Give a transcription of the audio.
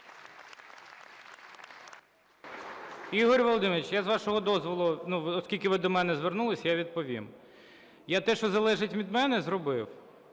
Ігор Володимирович, я, з вашого дозволу, оскільки ви до мене звернулися, я відповім. Я те, що залежить від мене, зробив.